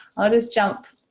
i'll just jump